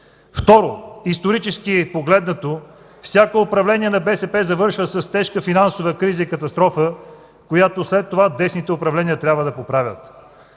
Второ, исторически погледнато всяко управление на БСП завършва с тежка финансова криза и катастрофа, която след това десните управления трябва да поправят.